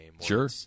Sure